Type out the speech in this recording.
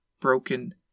broken